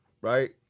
right